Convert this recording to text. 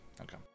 Okay